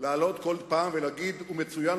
לעלות בכל פעם ולהגיד: הוא מצוין,